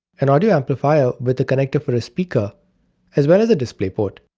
and audio amplifier with a connector for a speaker as well as a display port.